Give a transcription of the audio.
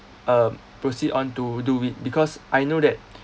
um proceed on to do it because I know that